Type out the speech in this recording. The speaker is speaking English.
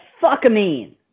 fuck-a-mean